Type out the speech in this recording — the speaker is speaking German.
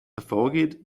hervorgeht